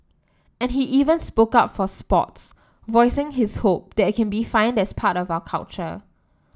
and he even spoke up for sports voicing his hope that it can be defined as part of our culture